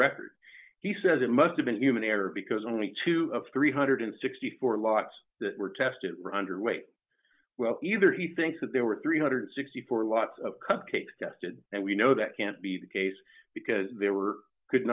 record he says it must have been human error because only two of three hundred and sixty four lots that were tested were underway either he thinks that there were three hundred and sixty four lots of cupcakes tested and we know that can't be the case because there were could